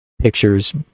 pictures